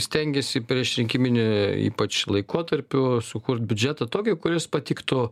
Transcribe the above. stengiasi priešrinkiminė ypač laikotarpiu sukurt biudžetą tokį kuris patiktų